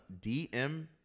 DM